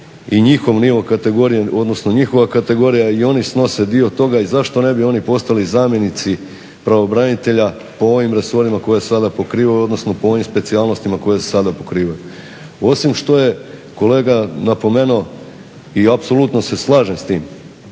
i njihov nivo kategorije, odnosno njihova kategorija i oni snose dio toga i zašto ne bi i oni postali zamjenici pravobranitelja po ovim resorima koje saa pokrivaju, odnosno po ovim specijalnostima koje sada pokrivaju. Osim što je kolega napomenuo i apsolutno se slažem s tim,